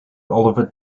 oliver